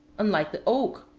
unlike the oak,